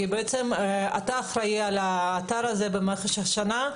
כי בעצם אתה אחראי על האתר הזה במשך השנה.